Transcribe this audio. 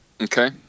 okay